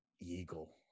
eagle